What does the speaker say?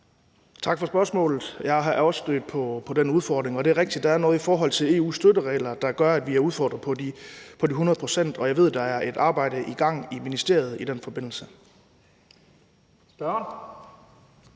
Tak for spørgsmålet. Jeg er også stødt på den udfordring, og det er rigtigt. Der er noget i forhold til EU's støtteregler, som gør, at vi er udfordret på de hundrede procent, og jeg ved, der er et arbejde i gang i ministeriet i den forbindelse.